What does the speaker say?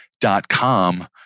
dot-com